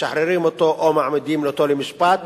משחררים אותו או מעמידים אותו למשפט.